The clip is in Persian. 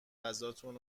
غذاتون